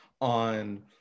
on